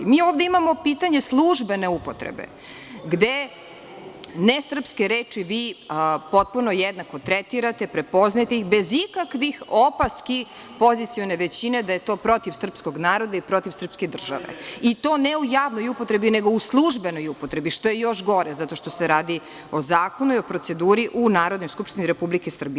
Mi ovde imamo pitanje službene upotrebe, gde nesrpske reči vi potpuno jednako tretirate, prepoznajete bez ikakvih opaski pozicione većine da je to protiv srpskog naroda i protiv srpske države, i to ne u javnoj upotrebi, nego u službenoj upotrebi, što je još gore, zato što se radi o zakonu i proceduri u Narodnoj skupštini Republike Srbije.